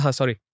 sorry